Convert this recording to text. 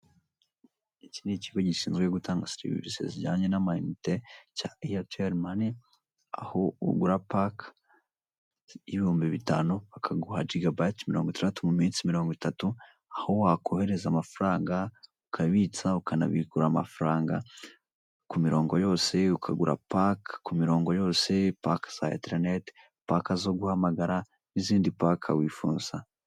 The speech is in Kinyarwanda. Iki n'ikigo gishinzwe gutanga serivise zijyanye no gutanga amayinite cya Airtel mani ,aho ugura pake y'ibihumbi bitanu bakaguha jiga bayiti 60 mu minsi mirongo 30. Aho wakohereza amafaranga, ukabitsa ,ukanabikura amafaranga ku mirongo yose, ukagura pake ku mirongo yose, pake za interinete, pake zo guhamagara n'izindi pake wifuza.